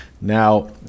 Now